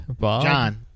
John